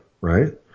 right